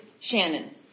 Shannon